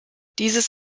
dieses